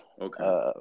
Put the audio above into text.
Okay